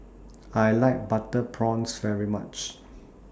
I like Butter Prawns very much